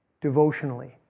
devotionally